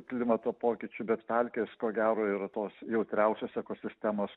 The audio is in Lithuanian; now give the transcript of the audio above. klimato pokyčių bet pelkės ko gero yra tos jautriausios ekosistemos